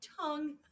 tongue